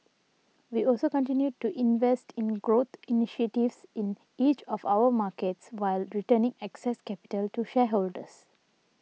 we also continued to invest in growth initiatives in each of our markets while returning excess capital to shareholders